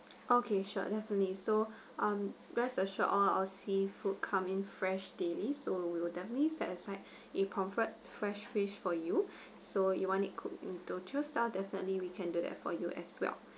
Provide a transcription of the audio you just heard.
okay sure definitely so um rest assured all our seafood come in fresh daily so we will definitely set aside in pomfret fresh fish for you so you want it cook in teochew style definitely we can do that for you as well